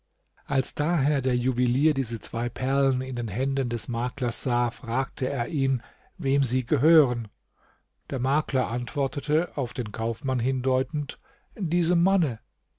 als daher der juwelier diese zwei perlen in den händen des maklers sah fragte er ihn wem sie gehören der makler antwortete auf den kaufmann hindeutend diesem manne